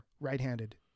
right-handed